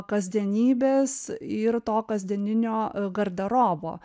kasdienybės ir to kasdieninio garderobo